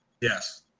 Yes